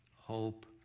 hope